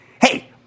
Hey